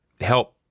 help